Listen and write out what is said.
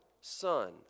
son